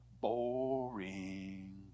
Boring